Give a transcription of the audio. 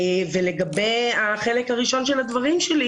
לגבי החלק הראשון של הדברים שלי,